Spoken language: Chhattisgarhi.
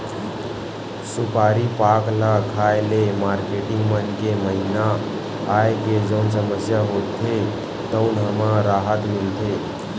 सुपारी पाक ल खाए ले मारकेटिंग मन के महिना आए के जउन समस्या होथे तउन म राहत मिलथे